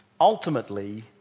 ultimately